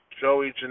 Joey